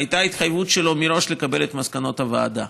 הייתה התחייבות שלו מראש לקבל את מסקנות הוועדה.